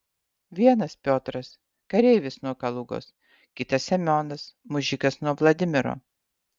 vienas piotras kareivis nuo kalugos kitas semionas mužikas nuo vladimiro